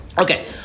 Okay